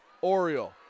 Oriole